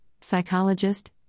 psychologist